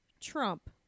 Trump